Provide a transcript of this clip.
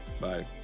Bye